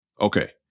Okay